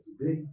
today